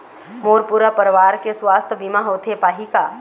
मोर पूरा परवार के सुवास्थ बीमा होथे पाही का?